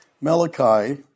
Malachi